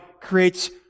creates